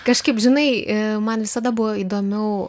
kažkaip žinai man visada buvo įdomiau